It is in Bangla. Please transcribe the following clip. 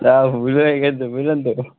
দাদা ভুল হয়ে গিয়েছে বুঝলেন তো